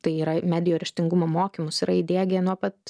tai yra medijų raštingumo mokymus yra įdiegę nuo pat